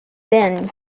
been